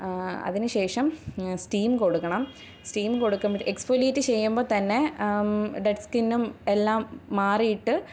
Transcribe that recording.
അതിനുശേഷം സ്റ്റീം കൊടുക്കണം സ്റ്റീമ്മ് കൊടുക്കുമ്പം എക്സ്ഫോലിയേറ്റ് ചെയ്യുമ്പോൾ തന്നെ ഡെഡ് സ്കിന്നും എല്ലാം മാറിയിട്ട്